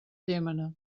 llémena